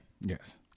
Yes